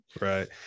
Right